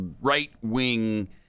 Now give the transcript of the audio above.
right-wing